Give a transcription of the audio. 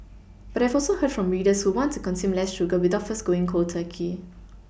but I have also heard from readers who want to consume less sugar without first going cold Turkey